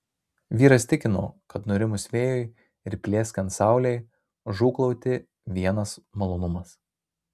vyras tikino kad nurimus vėjui ir plieskiant saulei žūklauti vienas malonumas